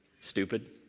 stupid